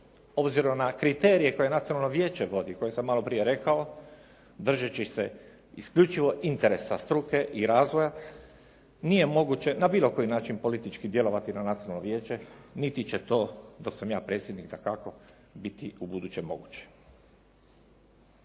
obzirom na kriterije koje nacionalno vijeće vodi koje sam malo prije rekao držeći se isključivo interesa struke i razvoja nije moguće na bilo koji način politički djelovati na nacionalno vijeće, niti će to dok sam ja predsjednik biti ubuduće moguće.